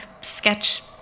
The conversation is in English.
sketch